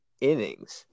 innings